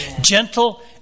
Gentle